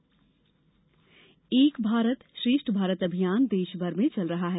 एक भारत श्रेष्ठ भारत एक भारत श्रेष्ठ भारत अभियान देश भर में चल रहा है